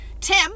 Tim